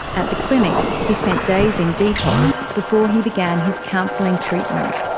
at the clinic he spent days in detox before he began his counselling treatment.